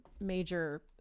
major